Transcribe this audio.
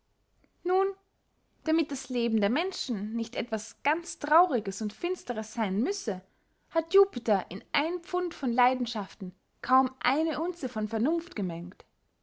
nun damit das leben der menschen nicht etwas ganz trauriges und finsteres seyn müsse hat jupiter in ein pfund von leidenschaften kaum eine unze von vernunft gemengt